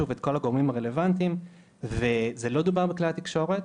את כל הגורמים הרלוונטיים וזה לא דובר בכלי התקשורת,